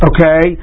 Okay